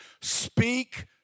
speak